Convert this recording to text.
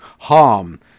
harm